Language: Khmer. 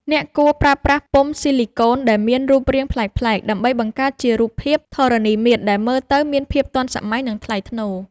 អ្នកគួរប្រើប្រាស់ពុម្ពស៊ីលីកូនដែលមានរូបរាងប្លែកៗដើម្បីបង្កើតជារូបភាពធរណីមាត្រដែលមើលទៅមានភាពទាន់សម័យ និងថ្លៃថ្នូរ។